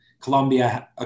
Colombia